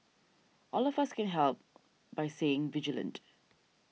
all of us can help by saying vigilant